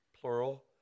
plural